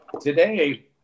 Today